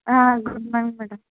good morning madam